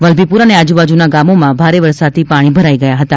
વલ્લભીપુર અને આજુ બાજુના ગામોમાં ભારે વરસાદથી પાણી ભરાઈ ગયા હતા